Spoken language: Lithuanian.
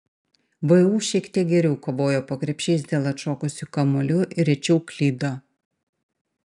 vu šiek tiek geriau kovojo po krepšiais dėl atšokusių kamuolių ir rečiau klydo